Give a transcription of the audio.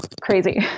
crazy